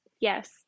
yes